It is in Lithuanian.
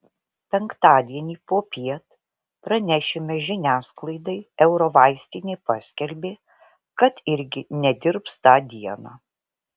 penktadienį popiet pranešime žiniasklaidai eurovaistinė paskelbė kad irgi nedirbs tą dieną